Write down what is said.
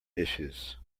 issues